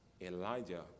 Elijah